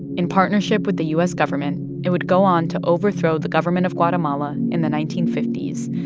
in partnership with the u s. government, it would go on to overthrow the government of guatemala in the nineteen fifty s,